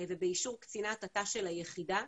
ובאישור קצינת תנאי שירות של היחידה,